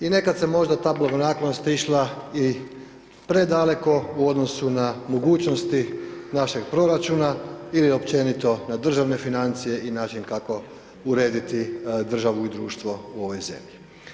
I nekad je ta blagonaklonost išla i predaleko u odnosu na mogućnosti našeg proračuna ili općenito na državne financije i način kako urediti državu i društvo u ovoj zemlji.